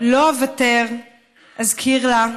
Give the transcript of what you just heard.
/ לא אוותר לה, / אזכיר לה,